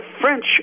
French